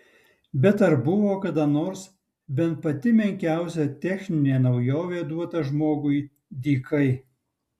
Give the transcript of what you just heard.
bet ar buvo kada nors bent pati menkiausia techninė naujovė duota žmogui dykai